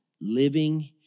living